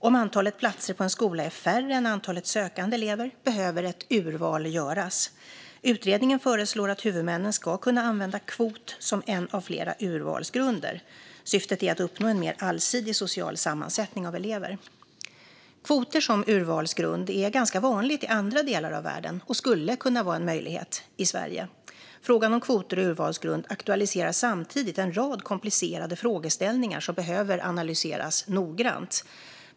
Om antalet platser på en skola är mindre än antalet sökande elever behöver ett urval göras. Utredningen föreslår att huvudmännen ska kunna använda kvot som en av flera urvalsgrunder. Syftet är att uppnå en mer allsidig social sammansättning av elever. Kvoter som urvalsgrund är ganska vanligt i andra delar av världen och skulle kunna vara en möjlighet i Sverige. Frågan om kvoter som urvalsgrund aktualiserar samtidigt en rad komplicerade frågeställningar som behöver analyseras noggrant.